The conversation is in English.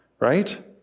right